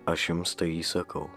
aš jums tai įsakau